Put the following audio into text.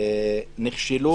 נכשלו